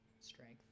strength